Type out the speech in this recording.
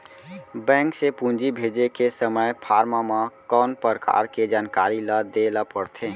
Bank से पूंजी भेजे के समय फॉर्म म कौन परकार के जानकारी ल दे ला पड़थे?